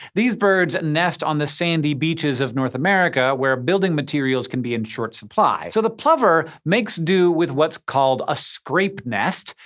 these birds nest on the sandy beaches of north america, where building materials can be in short supply. so, the plover makes do with what's called a scrape nest,